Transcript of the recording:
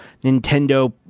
Nintendo